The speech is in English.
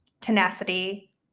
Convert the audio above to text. Tenacity